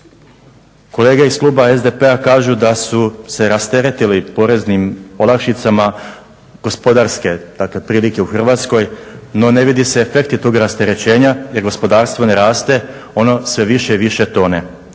Kolege iz Kluba SDP-a kažu da su se rasteretili poreznim olakšicama, gospodarske, dakle prilike u Hrvatskoj, no ne vide se efekti tog rasterećenja jer gospodarstvo ne raste ono sve više i više tone.